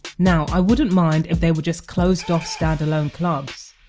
now, i wouldn't mind if they were just closed off standalone clubs,